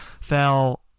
fell